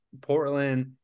portland